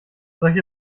solche